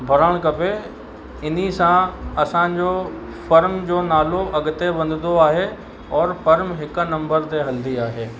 भरणु खपे इन्हीअ सां असांजो फ़र्म जो नालो अॻिते वधंदो आहे और फ़र्म हिकु नंबर ते हलंदी आहे